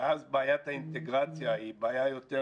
אז בעיית האינטגרציה היא בעיה יותר